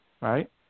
right